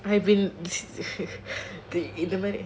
I have been the